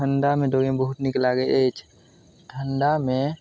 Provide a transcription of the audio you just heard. ठण्डामे दौड़ेमे बहुत नीक लागै अछि ठण्डामे